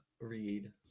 read